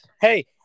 Hey